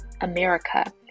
America